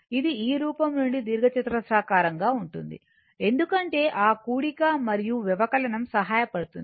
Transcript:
ఇది ఈ రూపం నుండి దీర్ఘచతురస్రాకారంగా ఉంటుంది ఎందుకంటే ఆ కూడిక మరియు వ్యవకలనం సహాయపడుతుంది